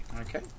Okay